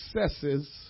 successes